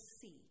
see